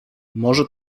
może